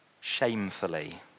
shamefully